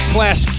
Class